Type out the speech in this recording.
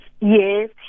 Yes